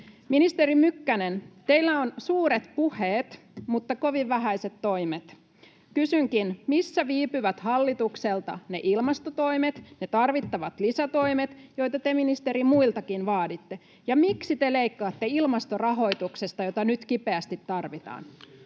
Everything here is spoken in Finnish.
Ministeri Mykkänen, teillä on suuret puheet mutta kovin vähäiset toimet. Kysynkin: Missä viipyvät hallitukselta ne ilmastotoimet, ne tarvittavat lisätoimet, joita te, ministeri, muiltakin vaaditte? Ja miksi te leikkaatte ilmastorahoituksesta, jota nyt kipeästi tarvitaan?